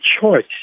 choice